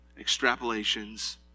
extrapolations